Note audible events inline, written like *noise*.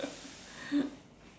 *laughs*